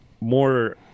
more